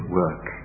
work